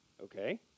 Okay